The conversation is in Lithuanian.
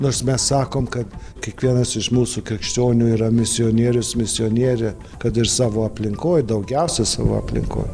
nors mes sakom kad kiekvienas iš mūsų krikščionių yra misionierius misionierė kad ir savo aplinkoj daugiausia savo aplinkoj